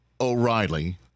O'Reilly